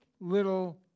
little